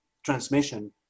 transmission